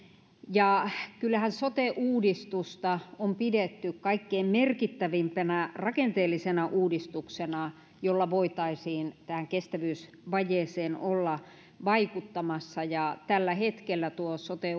ja kyllähän sote uudistusta on pidetty kaikkein merkittävimpänä rakenteellisena uudistuksena jolla voitaisiin tähän kestävysvajeeseen olla vaikuttamassa ja tällä hetkellä tuo sote